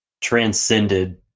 transcended